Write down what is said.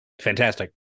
fantastic